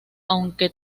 aunque